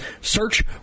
search